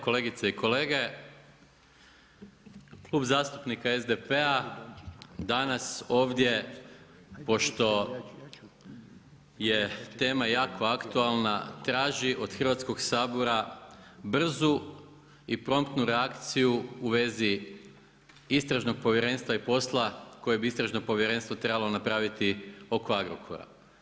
Kolegice i kolege, Klub zastupnika SDP-a danas ovdje pošto je tema jako aktualna, traži od Hrvatskog sabora brzu i promptnu reakciju u vezi Istražnog povjerenstva i posla koje bi Istražno povjerenstvo trebalo napraviti oko Agrokora.